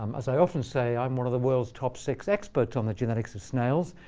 um as i often say, i'm one of the world's top six experts on the genetics of snails,